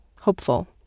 Hopeful